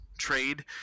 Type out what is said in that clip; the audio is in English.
trade